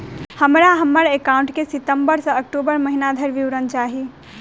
हमरा हम्मर एकाउंट केँ सितम्बर सँ अक्टूबर महीना धरि विवरण चाहि?